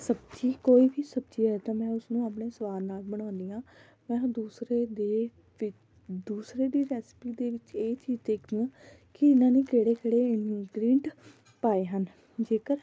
ਸਬਜ਼ੀ ਕੋਈ ਵੀ ਸਬਜ਼ੀ ਹੈ ਤਾਂ ਮੈਂ ਉਸਨੂੰ ਆਪਣੇ ਸਵਾਦ ਨਾਲ ਬਣਾਉਦੀ ਹਾਂ ਮੈਂ ਹੁਣ ਦੂਸਰੇ ਦੇ ਵਿੱ ਦੂਸਰੇ ਦੀ ਰੈਸਪੀ ਦੇ ਵਿੱਚ ਇਹ ਚੀਜ਼ ਦੇਖਦੀ ਹਾਂ ਕਿ ਇਹਨਾਂ ਨੇ ਕਿਹੜੇ ਕਿਹੜੇ ਇਨਗਰਿੰਟ ਪਾਏ ਹਨ ਜੇਕਰ